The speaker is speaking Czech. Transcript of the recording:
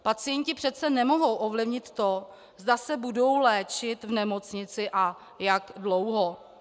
Pacienti přece nemohou ovlivnit to, zda se budou léčit v nemocnici a jak dlouho.